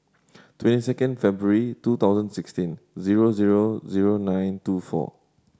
twenty second February two thousand sixteen zero zero zero nine two four